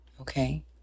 okay